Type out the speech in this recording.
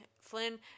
Flynn